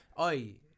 Oi